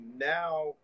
Now